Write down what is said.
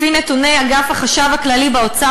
לפי נתוני אגף החשב הכללי באוצר,